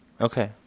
Okay